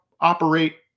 operate